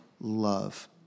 love